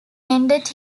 ended